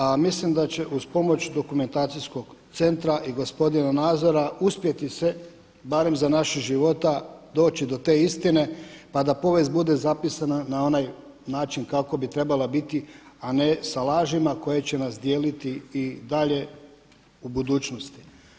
A mislim da će uz pomoć Dokumentacijskog centra i gospodina Nazora uspjeti se barem za našeg života doći do te istine pa da povijest bude zapisana na onaj način kako bi trebali biti, a ne sa lažima koje će nas dijeliti i dalje u budućnosti.